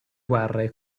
guerre